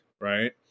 right